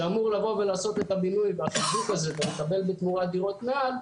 שאמור לבוא ולעשות את הבינוי ואת החיזוק הזה ולקבל בתמורה דירות מעל,